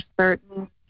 certain